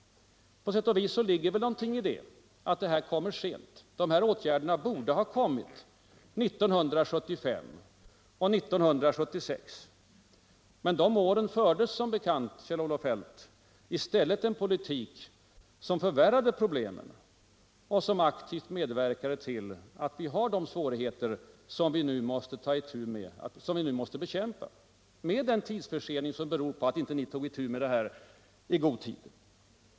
På sätt och vis ligger det någonting i påståendet att åtgärderna kommer för sent. Åtgärder borde ha vidtagits 1975 och 1976, men de åren fördes som bekant, Kjell-Olof Feldt, i stället en politik, som förvärrade problemen och som aktivt medverkade till att vi har de svårigheter som vi nu måste bekämpa med en tidsförsening som beror på att ni inte tog itu med problemen i god tid.